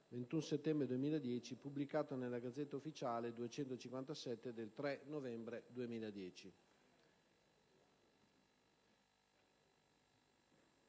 21 settembre 2010, pubblicato nella *Gazzetta* *Ufficiale* n. 257 del 3 novembre 2010».